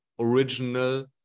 original